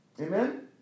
Amen